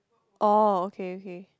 oh okay okay